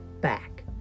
back